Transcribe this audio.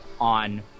on